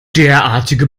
derartige